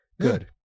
Good